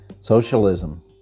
Socialism